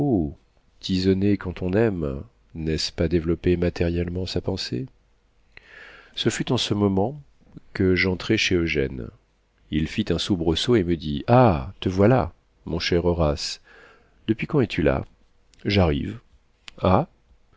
quand on aime n'est-ce pas développer matériellement sa pensée ce fut en ce moment que j'entrai chez eugène il fit un soubresaut et me dit ah te voilà mon cher horace depuis quand es-tu là j'arrive ah